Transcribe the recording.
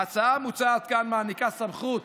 ההצעה המוצעת כאן מעניקה סמכות